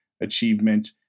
Achievement